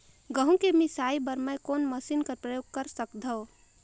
गहूं के मिसाई बर मै कोन मशीन कर प्रयोग कर सकधव?